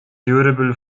durable